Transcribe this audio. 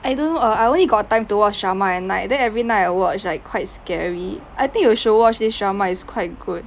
I don't know I only got time to watch drama at night then every night I watch like quite scary I think you should watch this drama it's quite good